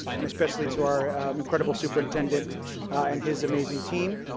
and especially to our incredible superintendent and his amazing team.